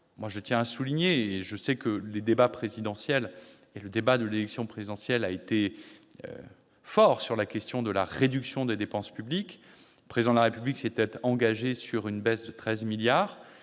collectivités locales. Mais le débat lors de l'élection présidentielle a été fort sur la question de la réduction des dépenses publiques. Le Président de la République s'était engagé sur une baisse de 13 milliards